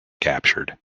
captured